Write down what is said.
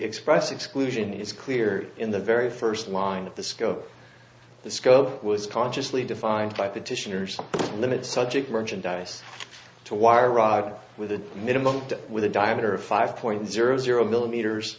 express exclusion it's clear in the very first line that the scope the scope was consciously defined by petitioners limits subject merchandise to wire rod with a minimum with a diameter of five point zero zero millimeters